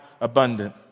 abundant